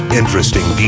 interesting